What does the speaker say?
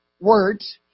words